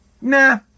Nah